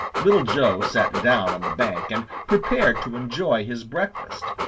little joe sat down on the bank and prepared to enjoy his breakfast.